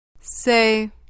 Say